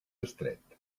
estret